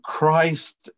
Christ